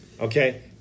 Okay